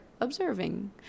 observing